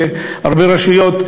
כשהרבה רשויות,